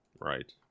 Right